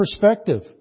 perspective